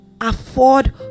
afford